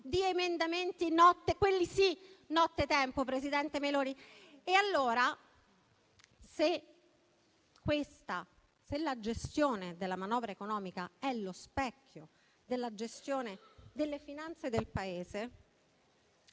di emendamenti - quelli sì nottetempo - presidente Meloni. Allora, se la gestione della manovra economica è lo specchio della gestione delle finanze del Paese,